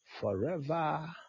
forever